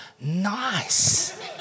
nice